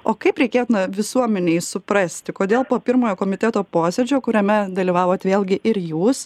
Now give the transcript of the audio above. o kaip reikėt na visuomenei suprasti kodėl po pirmojo komiteto posėdžio kuriame dalyvavot vėlgi ir jūs